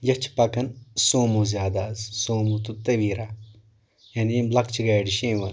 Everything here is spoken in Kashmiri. یتھ چھِ پکان سومو زیادٕ آز سومو تہٕ تویرا یعنی یِم لکچہِ گاڑِ چھِ یِوان